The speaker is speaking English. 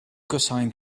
cosine